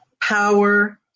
power